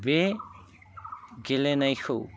बे गेलेनायखौ